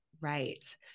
Right